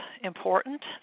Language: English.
important